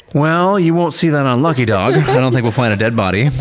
well, you won't see that on lucky dog. i don't think we'll find a dead body,